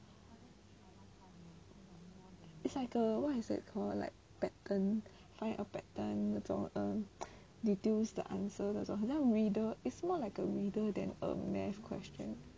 it's like a what is that call like pattern find a pattern 那种 err deduce the answer 的那种 is more like a riddle than a math question